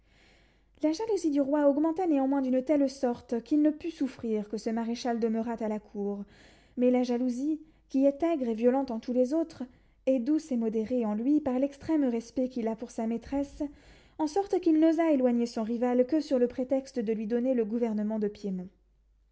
la jalousie du roi augmenta néanmoins d'une telle sorte qu'il ne put souffrir que ce maréchal demeurât à la cour mais la jalousie qui est aigre et violente en tous les autres est douce et modérée en lui par l'extrême respect qu'il a pour sa maîtresse en sorte qu'il n'osa éloigner son rival que sur le prétexte de lui donner le gouvernement de piémont